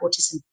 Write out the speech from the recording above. autism